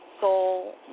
soul